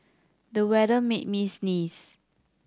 the weather made me sneeze